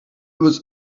was